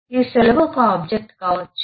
ఈ సెలవు ఒక ఆబ్జెక్ట్ కావచ్చు